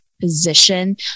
position